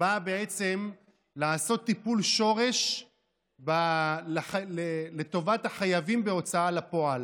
באה בעצם לעשות טיפול שורש לטובת החייבים בהוצאה לפועל.